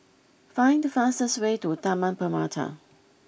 find the fastest way to Taman Permata